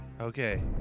Okay